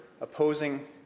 opposing